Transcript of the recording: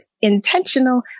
intentional